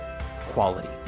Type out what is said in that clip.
quality